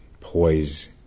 poise